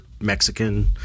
mexican